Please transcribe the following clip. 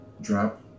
drop